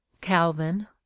calvin